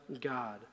God